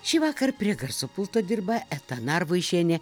šįvakar prie garso pulto dirba eta narvaišienė